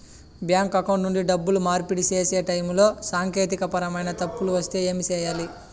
bank account నుండి డబ్బులు మార్పిడి సేసే టైములో సాంకేతికపరమైన తప్పులు వస్తే ఏమి సేయాలి